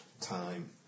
time